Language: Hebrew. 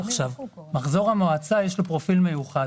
מחזור המועצה יש לו פרופיל מיוחד.